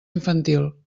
infantil